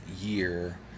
year